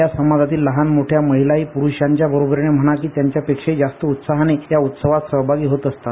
या समाजातील लहान मोठ्या महिलाही पुरूषांच्या बरोबरीनं म्हणा की त्यांच्या पेक्षाही जास्त उत्साहानं या उत्सवात सहभागी होत असतात